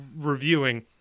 reviewing